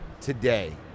today